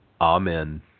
Amen